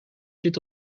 zit